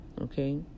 okay